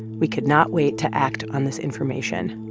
we could not wait to act on this information.